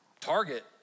Target